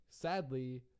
Sadly